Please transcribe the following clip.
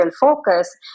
focus